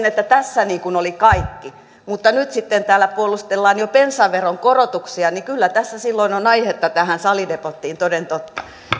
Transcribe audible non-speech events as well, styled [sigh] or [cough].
[unintelligible] että tässä oli kaikki mutta kun nyt sitten täällä puolustellaan jo bensaveron korotuksia niin kyllä tässä silloin on aihetta tähän salidebattiin toden totta